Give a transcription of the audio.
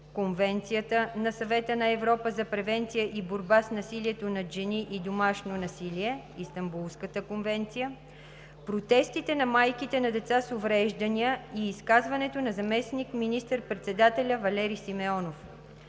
Конвенцията на Съвета на Европа за превенция и борба с насилието над жени и домашното насилие (Истанбулската конвенция); протестите на майките на деца с увреждания и изказването на заместник-министър председателя Валери Симеонов;